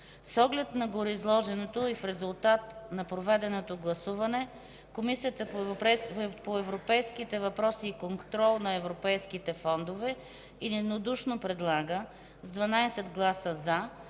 С оглед на гореизложеното и в резултат на проведеното гласуване, Комисията по европейските въпроси и контрол на европейските фондове единодушно предлага – с 12 гласа